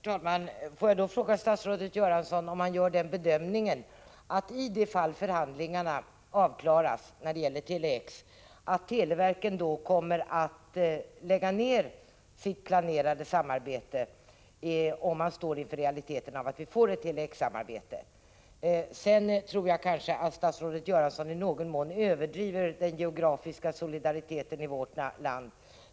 Herr talman! Får jag då fråga statsrådet Göransson om han gör den bedömningen att televerken, i de fall förhandlingarna avklaras när det gäller Tele-X, kommer att avstå från sitt planerade samarbete om man står inför realiteten att det blir ett Tele-X-samarbete. Jag tror nog att statsrådet Göransson i någon mån överdriver det här med den geografiska solidariteten i vårt land.